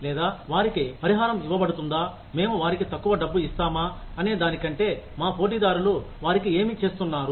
లేదా వారికి పరిహారం ఇవ్వబడుతుందా మేము వారికి తక్కువ డబ్బు ఇస్తామా అనే దానికంటే మా పోటీదారులు వారికి ఏమి చేస్తున్నారు